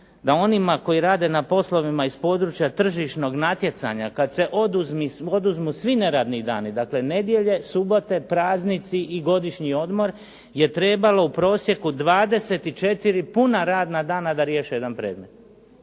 da onima koji rade na poslovima iz područja tržišnog natjecanja, kad se oduzmu svi neradni dani, dakle nedjelje, subote, praznici i godišnji odmor je trebalo u prosjeku 24 puna radna dana da riješe jedan predmet.